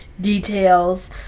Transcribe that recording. details